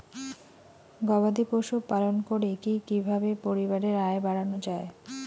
গবাদি পশু পালন করে কি কিভাবে পরিবারের আয় বাড়ানো যায়?